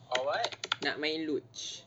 nak main luge